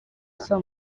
saa